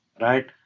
right